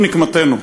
זו נקמתנו,